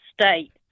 state